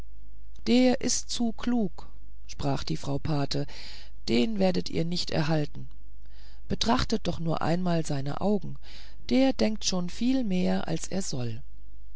der ist zu klug sprach die frau pate den werdet ihr nicht erhalten betrachtet doch nur einmal seine augen der denkt schon viel mehr als er soll